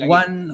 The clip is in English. one